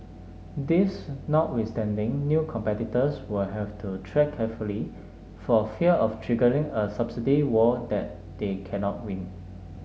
this notwithstanding new competitors will have to tread carefully for fear of triggering a subsidy war that they cannot win